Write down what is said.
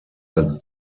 als